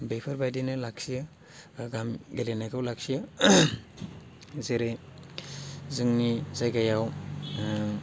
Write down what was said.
बेफोरबादिनो लाखियो गामि गेलेनायखौ लाखियो जेरै जोंनि जायगायाव